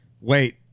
Wait